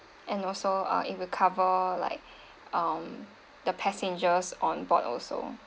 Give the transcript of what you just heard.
and also uh it will cover like um the passengers on board also